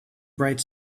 bright